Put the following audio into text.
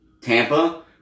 Tampa